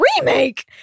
remake